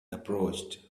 approached